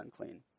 unclean